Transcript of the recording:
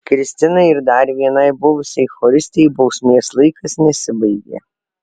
kristinai ir dar vienai buvusiai choristei bausmės laikas nesibaigė